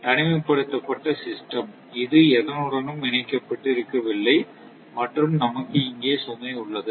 தனிமைப்படுத்தப்பட்ட சிஸ்டம் இது எதனுடனும் இணைக்கப்பட்டு இருக்கவில்லை மற்றும் நமக்கு இங்கே சுமை உள்ளது